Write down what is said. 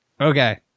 Okay